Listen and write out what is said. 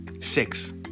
six